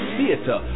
Theater